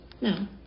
no